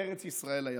ארץ ישראל היפה.